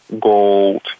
gold